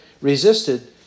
resisted